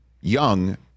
Young